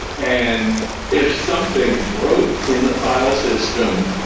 and if something broke in the file system,